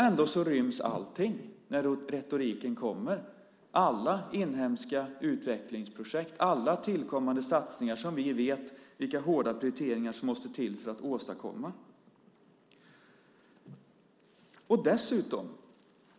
Ändå ryms allting när retoriken kommer - alla inhemska utvecklingsprojekt och alla tillkommande satsningar där vi vet vilka hårda prioriteringar som måste till för att man ska åstadkomma dem.